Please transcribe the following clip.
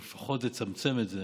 אז לפחות לצמצם את זה